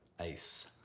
Ice